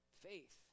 faith